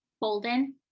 Bolden